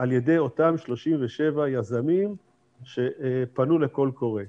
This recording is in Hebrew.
על ידי אותם 37 יזמים שפנו לקול קורא?